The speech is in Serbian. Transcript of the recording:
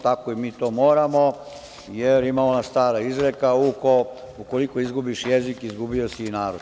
Tako i mi moramo, jer ima ona stara izreka, ukoliko izgubiš jezik izgubio si narod.